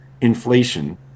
inflation